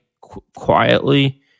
quietly